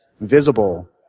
visible